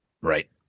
right